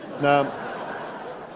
Now